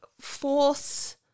force